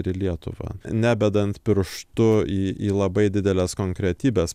ir į lietuvą nebedant pirštu į labai dideles konkretybes